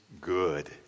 good